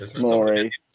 Maury